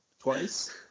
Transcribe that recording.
twice